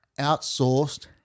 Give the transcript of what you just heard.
Outsourced